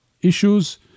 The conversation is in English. issues